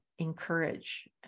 encourage